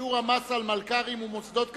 (שיעור המס על מלכ"רים ומוסדות כספיים)